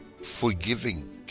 forgiving